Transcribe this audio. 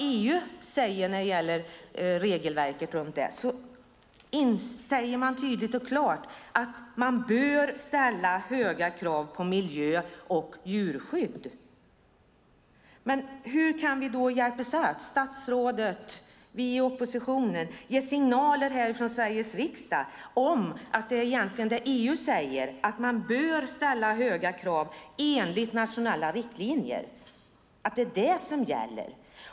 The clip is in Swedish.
EU säger tydligt och klart när det gäller regelverket att man bör ställa höga krav på miljö och djurskydd. Hur kan vi då hjälpas åt, statsrådet och vi i oppositionen? Vi måste ge signaler härifrån Sveriges riksdag om att det som EU egentligen säger är att man bör ställa höga krav enligt nationella riktlinjer. Det är det som gäller.